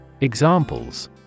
Examples